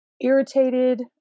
irritated